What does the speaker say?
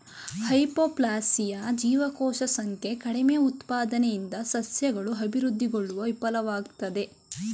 hypoplasia ಜೀವಕೋಶ ಸಂಖ್ಯೆ ಕಡಿಮೆಉತ್ಪಾದನೆಯಿಂದ ಸಸ್ಯಗಳು ಅಭಿವೃದ್ಧಿಗೊಳ್ಳಲು ವಿಫಲ್ವಾಗ್ತದೆ